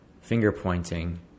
finger-pointing